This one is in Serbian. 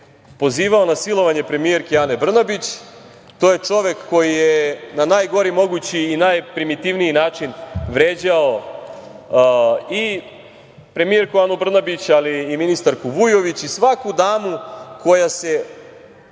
pozivao na silovanje premijerke Ane Brnabić. To je čovek koji je na najgori mogući i najprimitivniji način vređao i premijerku Anu Brnabić, ali i ministarku Vujović i svaku damu koja je